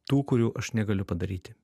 tų kurių aš negaliu padaryti